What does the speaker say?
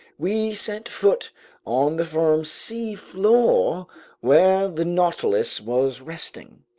we set foot on the firm seafloor where the nautilus was resting,